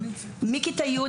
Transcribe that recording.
מכיתה י',